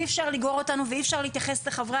אי אפשר לגרור אותנו ואי אפשר להתייחס לחברי